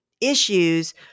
issues